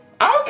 okay